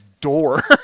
door